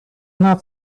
not